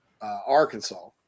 Arkansas